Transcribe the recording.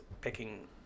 picking